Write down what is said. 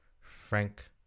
Frank